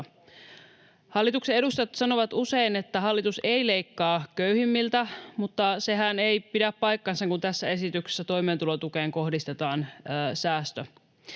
Hallituksen edustajat sanovat usein, että hallitus ei leikkaa köyhimmiltä, mutta sehän ei pidä paikkaansa, kun tässä esityksessä toimeentulotukeen kohdistetaan säästö.